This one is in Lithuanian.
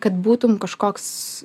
kad būtum kažkoks